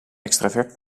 extravert